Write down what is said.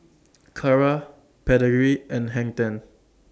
Kara Pedigree and Hang ten